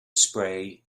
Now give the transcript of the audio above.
spray